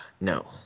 No